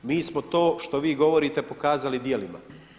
Mi smo to što vi govorite pokazali djelima.